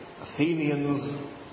Athenians